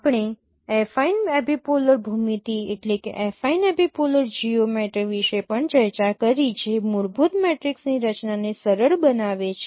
આપણે affine epipolar ભૂમિતિ વિશે પણ ચર્ચા કરી જે મૂળભૂત મેટ્રિક્સની રચનાને સરળ બનાવે છે